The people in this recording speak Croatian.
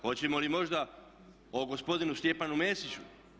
Hoćemo li možda o gospodinu Stjepanu Mesiću?